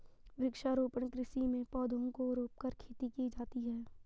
वृक्षारोपण कृषि में पौधों को रोंपकर खेती की जाती है